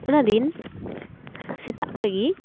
ᱚᱱᱟᱫᱤᱱ ᱥᱮᱛᱟᱜ ᱠᱷᱚᱡ ᱜᱮ